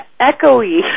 echoey